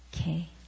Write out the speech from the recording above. Okay